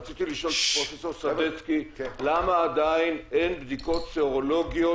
רציתי לשאול את פרופ' סדצקי למה עדיין אין בדיקות סרולוגיות